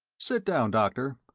sit down, doctor,